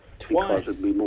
Twice